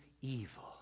evil